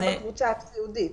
זה בקבוצה הסיעודית.